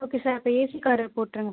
okay sir அப்போ AC car போட்டுருங்க